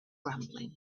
rumbling